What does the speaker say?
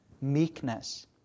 meekness